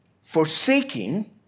forsaking